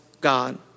God